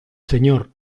señor